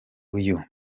uyu